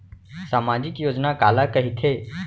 सामाजिक योजना काला कहिथे?